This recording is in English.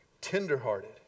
Tenderhearted